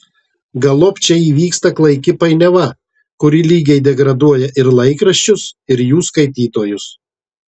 galop čia įvyksta klaiki painiava kuri lygiai degraduoja ir laikraščius ir jų skaitytojus